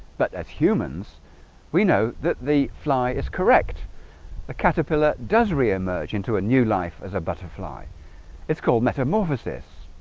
but as humans we know that the fly is correct the caterpillar does reimagine to a new life as a butterfly it's called metamorphosis,